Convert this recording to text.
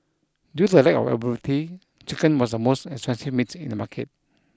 due to the lack of availability chicken was the most expensive meat in the market